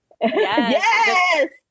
Yes